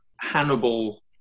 Hannibal